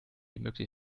möglichst